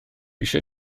eisiau